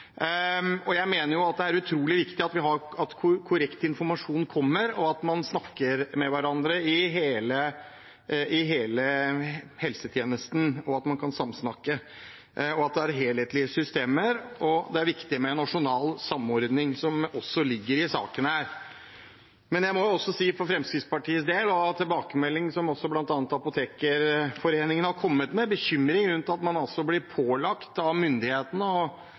siden. Jeg mener det er utrolig viktig at korrekt informasjon kommer, og at man snakker med hverandre i hele helsetjenesten, at man kan samsnakke, og at det er helhetlige systemer. Det er viktig med nasjonal samordning, som også ligger i denne saken. Jeg må også for Fremskrittspartiets del, en tilbakemelding som bl.a. Apotekerforeningen har kommet med, gi uttrykk for bekymring for at man blir pålagt av myndighetene å innføre en tjeneste, og